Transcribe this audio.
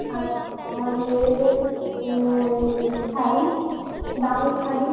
আচ্ছা আর মেয়েদের শাড়ি দামি শাড়ি